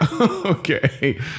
Okay